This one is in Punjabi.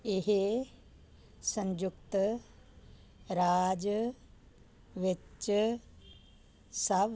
ਇਹ ਸੰਯੁਕਤ ਰਾਜ ਵਿੱਚ ਸਭ